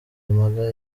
impanga